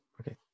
Okay